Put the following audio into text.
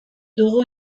dugu